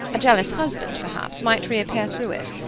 a jealous husband perhaps, might reappear through it.